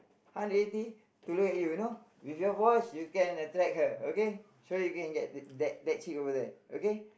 hundred eighty to look at you you know with your voice you can attract her okay show you again okay that that chick over there okay